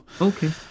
Okay